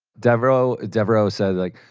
devereaux devereaux said like,